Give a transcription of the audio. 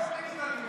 תבוא תגיד לנו.